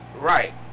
right